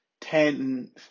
ten